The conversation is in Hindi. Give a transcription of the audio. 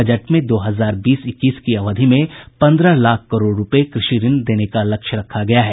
बजट में दो हजार बीस इक्कीस की अवधि में पन्द्रह लाख करोड़ रूपये कृषि ऋण देने का लक्ष्य रखा गया है